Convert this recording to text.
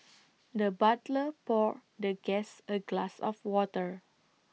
the butler poured the guest A glass of water